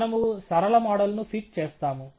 మనము సరళ మోడల్ ను ఫిట్ చేసాము